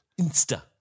Insta